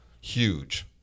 huge